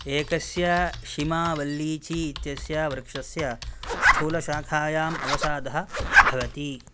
एकस्य शिमा वल्लीची इत्यस्य वृक्षस्य स्थूलशाखायाम् अवसादः भवति